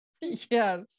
Yes